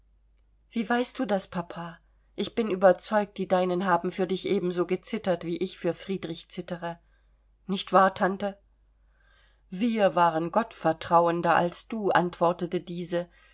wie weißt du das papa ich bin überzeugt die deinen haben für dich ebenso gezittert wie ich für friedrich zittere nicht wahr tante wir waren gottvertrauender als du antwortete diese